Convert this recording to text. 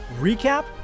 recap